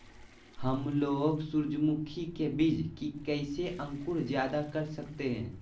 हमलोग सूरजमुखी के बिज की कैसे अंकुर जायदा कर सकते हैं?